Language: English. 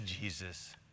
Jesus